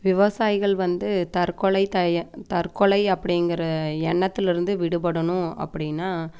விவசாயிகள் வந்து தற்கொலை தய தற்கொலை அப்படிங்கிற எண்ணத்தில் இருந்து விடுபடணும் அப்படின்னா